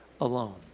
alone